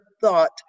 thought